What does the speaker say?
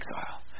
exile